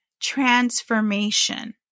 transformation